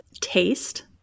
taste